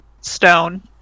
stone